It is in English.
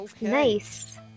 Nice